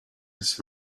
his